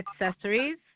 Accessories